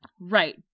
Right